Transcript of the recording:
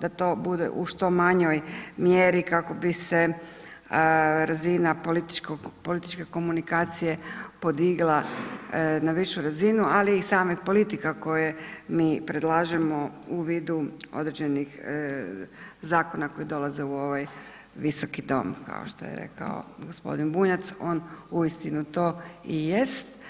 da to bude u što manjoj mjeri kako bi se razina političke komunikacije podigla na višu razinu ali i samih politika koje mi predlažemo u vidu određenih zakona koje dolaze u ovaj Visoki dom kao što je rekao g. Bunjac, on uistinu to i jest.